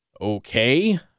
okay